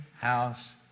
house